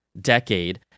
decade